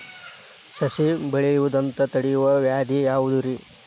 ಸಸಿ ಬೆಳೆಯದಂತ ತಡಿಯೋ ವ್ಯಾಧಿ ಯಾವುದು ರಿ?